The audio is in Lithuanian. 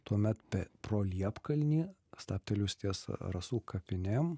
tuomet pe pro liepkalnį stabtelėjus ties rasų kapinėm